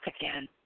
again